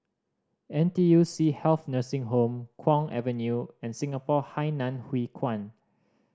N T U C Health Nursing Home Kwong Avenue and Singapore Hainan Hwee Kuan